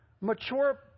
mature